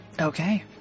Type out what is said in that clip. Okay